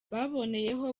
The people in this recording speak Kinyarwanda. baboneyeho